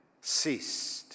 ceased